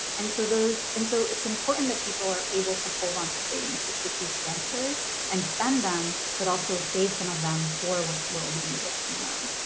and so and so it's important that people are able to hold on to savings to take these transfers and spend them, but also save some of them for what will be needed tomorrow.